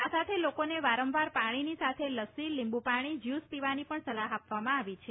આ સાથે લોકોને વારંવાર પાણીની સાથે લસ્સી લીંબુ પાણી જ્યુશ પીવાની પણ સલાહ આપવામાં આવી છે